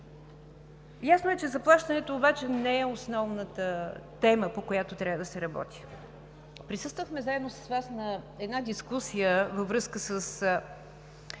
Ясно е, че заплащането обаче не е основната тема, по която трябва да се работи. Присъствахме заедно с Вас на една дискусия във връзка с